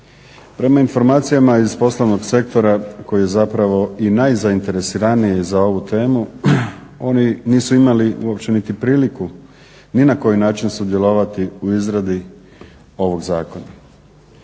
Prema informacijama iz poslovnog sektora koji je zapravo i najzainteresiraniji za ovu temu, oni nisu imali uopće niti priliku ni na koji način sudjelovati u izradi ovog zakona.